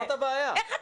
אבל זה לא